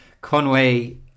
Conway